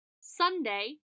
Sunday